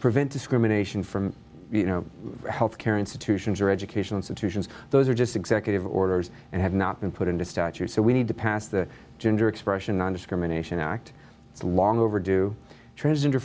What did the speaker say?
prevent discrimination from you know health care institutions or education institutions those are just executive orders and have not been put into statute so we need to pass the gender expression nondiscrimination act it's long overdue tr